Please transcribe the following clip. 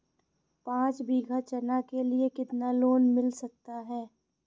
पाँच बीघा चना के लिए कितना लोन मिल सकता है?